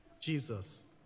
Jesus